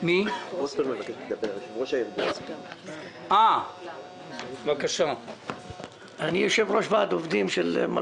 כבר אין אפשרות להחזיר את הגלגל